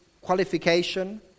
qualification